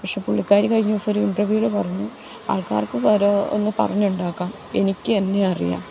പക്ഷേ പുള്ളിക്കാരി കഴിഞ്ഞ ദിവസം ഒരു ഇൻറ്റർവ്യൂൽ പറഞ്ഞു ആൾക്കാർക്ക് വേറെ ഒന്ന് പറഞ്ഞുണ്ടാക്കാം എനിക്ക് എന്നെ അറിയാം